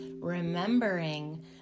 remembering